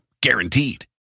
guaranteed